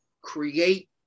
create